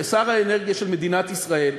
כשר האנרגיה של מדינת ישראל: